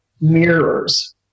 mirrors